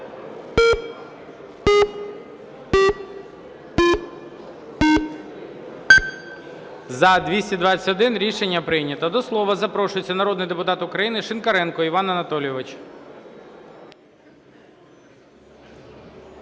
За-221 Рішення прийнято. До слова запрошується народний депутат України Шинкаренко Іван Анатолійович.